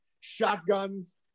shotguns